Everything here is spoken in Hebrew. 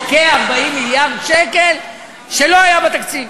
או כ-40 מיליארד שקל שלא היו בתקציב.